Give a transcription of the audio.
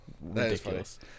ridiculous